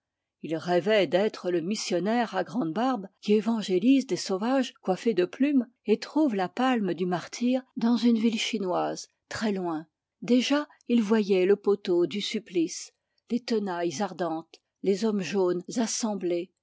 il rêvait d'être le missionnaire à grande barbe qui évangélise des sauvages coiffés de plumes et trouve la palme du martyre dans une ville chinoise très loin déjà il voyait le poteau du supplice les tenailles ardentes les hommes jaunes assemblés